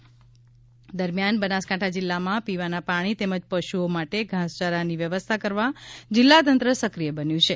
પાણી બનાસકાંઠા બાઇટ દરમિયાન બનાસકાંઠા જિલ્લામાં પીવાના પાણી તેમજ પશુઓ માટે ઘાસચારાની વ્યવસ્થા કરવા જિલ્લાતંત્ર સક્રિય બન્યું છે